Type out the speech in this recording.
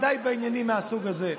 ודאי בעניינים מהסוג הזה.